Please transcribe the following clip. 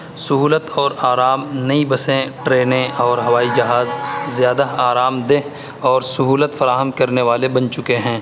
سہولت اور آرام نئی بسیں ٹرینیں اور ہوائی جہاز زیادہ آرام دہ اور سہولت فراہم کرنے والے بن چکے ہیں